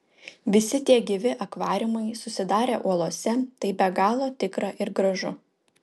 visi tie gyvi akvariumai susidarę uolose tai be galo tikra ir gražu